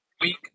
week